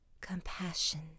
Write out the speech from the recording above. Compassion